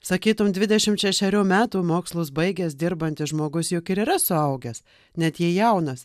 sakytum dvidešimt šešerių metų mokslus baigęs dirbantis žmogus juk ir yra suaugęs net jei jaunas